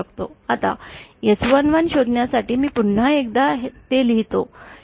आता S 11 शोधण्यासाठी मी पुन्हा एकदा ते लिहितो